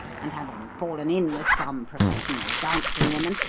and, having fallen in with some professional dancing-woman,